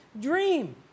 dream